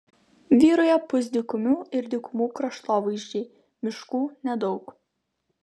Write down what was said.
vyrauja pusdykumių ir dykumų kraštovaizdžiai miškų nedaug